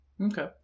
Okay